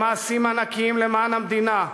למעשים ענקיים למען המדינה,